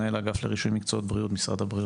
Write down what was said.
מנהל האגף לרישוי מקצועות בריאות במשרד הבריאות,